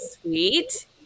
sweet